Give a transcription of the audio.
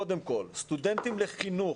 קודם כל סטודנטים לחינוך,